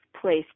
place